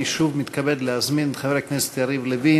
אני שוב מתכבד להזמין את חבר הכנסת יריב לוין,